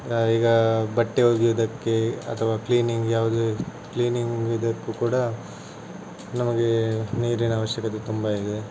ಈಗ ಬಟ್ಟೆ ಒಗೆಯುವುದಕ್ಕೆ ಅಥವಾ ಕ್ಲೀನಿಂಗ್ ಯಾವುದೇ ಕ್ಲೀನಿಂಗ್ ಇದಕ್ಕೂ ಕೂಡ ನಮಗೆ ನೀರಿನ ಅವಶ್ಯಕತೆ ತುಂಬ ಇದೆ